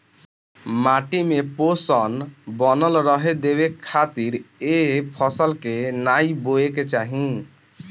माटी में पोषण बनल रहे देवे खातिर ए फसल के नाइ बोए के चाही